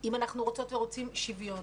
אם אנחנו רוצות ורוצים שוויון,